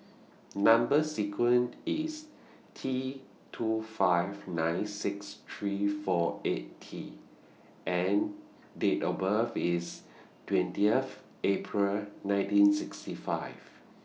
Number sequence IS T two five nine six three four eight T and Date of birth IS twentieth April nineteen sixty five